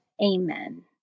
Amen